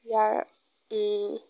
ইয়াৰ